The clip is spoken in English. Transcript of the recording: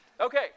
Okay